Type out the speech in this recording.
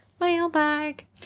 Mailbag